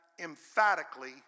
emphatically